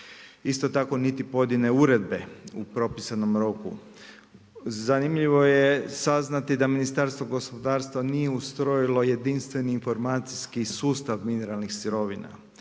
Isto tako, niti pojedine uredbe u propisanom roku. Zanimljivo je saznati da Ministarstvo gospodarstva, nije ustrojilo jedinstveni informacijski sustav mineralnih sirovina.